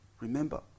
Remember